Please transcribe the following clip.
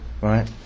Right